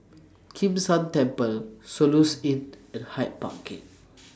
Kim San Temple Soluxe Inn and Hyde Park Gate